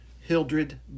Hildred